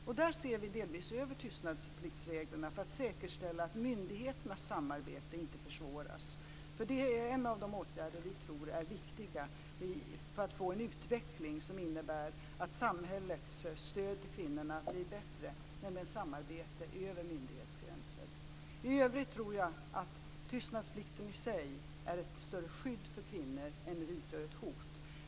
Och där ser vi delvis över tystnadspliktsreglerna för att säkerställa att myndigheternas samarbete inte försvåras, eftersom det är en av de åtgärder vi tror är viktiga för att få en utveckling som innebär att samhällets stöd till kvinnorna blir bättre, nämligen samarbete över myndighetsgränser. I övrigt tror jag att tystnadsplikten i sig är ett större skydd för kvinnor än utgör ett hot.